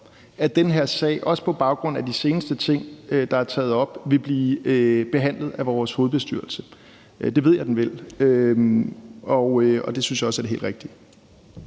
at den her sag også på baggrund af de seneste ting, der er taget op, vil blive behandlet af vores hovedbestyrelse. Det ved jeg at den vil. Det synes jeg også er det helt rigtige.